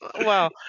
Wow